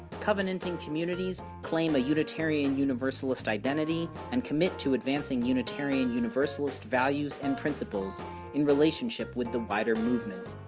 covenanting communities claim a unitarian universalist identity and commit to advancing unitarian universalist values and principles in relationship with the wider movement.